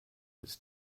its